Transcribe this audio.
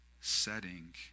setting